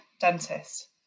dentist